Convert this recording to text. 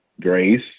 Grace